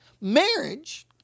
Marriage